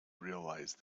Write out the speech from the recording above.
realised